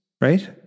right